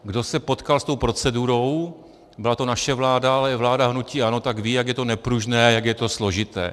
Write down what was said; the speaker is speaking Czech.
Kdo se potkal s tou procedurou, byla to naše vláda, ale i vláda hnutí ANO, tak ví, jak je to nepružné a jak je to složité.